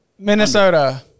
Minnesota